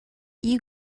you